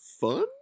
fun